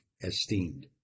esteemed